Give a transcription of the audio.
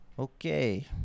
okay